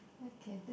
okay this